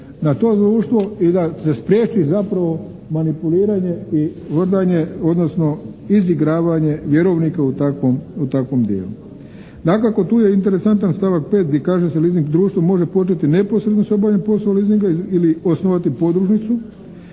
na to društvo i da se spriječi zapravo manipuliranje i vrdanje odnosno izigravanje vjerovnika u takvom dijelu. Dakako tu je interesantan stavak 5. gdje kaže da leasing društvo može početi neposredno sa obavljanjem poslova leasinga ili osnovati podružnicu